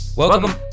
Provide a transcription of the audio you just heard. Welcome